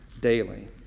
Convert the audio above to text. daily